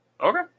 Okay